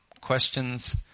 questions